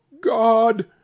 God